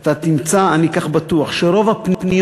אתה תמצא, אני כך בטוח, שרוב הפניות